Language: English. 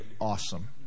awesome